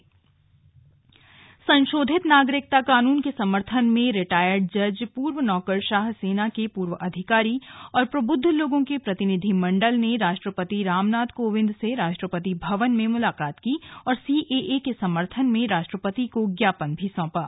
राष्ट्रपति मुलाकात संशोधित नागरिकता कानून के समर्थन में रिटायर्ड जज पूर्व नौकरशाह सेना के पूर्व अधिकारी और प्रबुद्व लोगों के प्रतिनिधि मंडल ने राष्ट्रपति रामनाथ कोविंद से राष्ट्रपति भवन में मुलाकात की और सीएए के समर्थन में राष्ट्रपति को ज्ञापन भी सौंपा